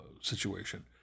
situation